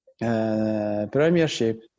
Premiership